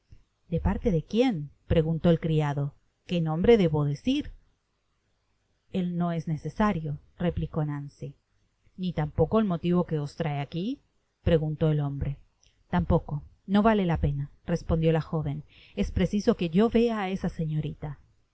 de parte de quién preguntó el criado que nombre debo decir el no es necesario replicó nancy ni tampoco el motivo que os trae aqui preguntó el hombre tampoco no vale la pena respondió la joven es preciso que yo vea á esa señorita